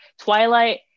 Twilight